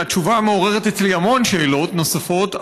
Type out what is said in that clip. שהתשובה מעוררת אצלי המון שאלות נוספות,